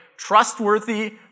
trustworthy